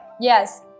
Yes